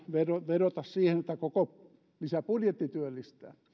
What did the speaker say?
vedota siihen että koko lisäbudjetti työllistää